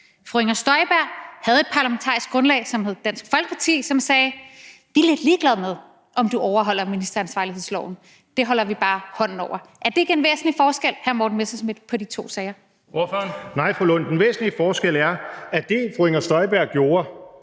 Fru Inger Støjberg havde et parlamentarisk grundlag, som hed Dansk Folkeparti, som sagde: Vi er lidt ligeglade med, om du overholder ministeransvarlighedsloven; det holder vi bare hånden over. Er det ikke en væsentlig forskel mellem de to sager, hr. Morten Messerschmidt? Kl. 14:39 Den fg.